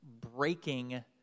breaking